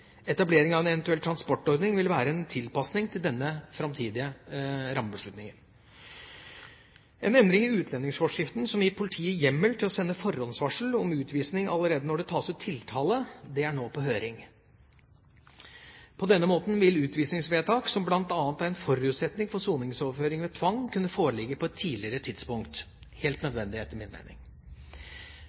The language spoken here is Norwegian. Etablering av en eventuell transportordning vil være en tilpasning til denne framtidige rammebeslutningen. En endring i utlendingsforskriften som gir politiet hjemmel til å sende forhåndsvarsel om utvisning allerede når det tas ut tiltale, er nå på høring. På denne måten vil utvisningsvedtak, som bl.a. er en forutsetning for soningsoverføring ved tvang, kunne foreligge på et tidligere tidspunkt – helt nødvendig, etter min mening.